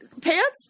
pants